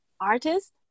artist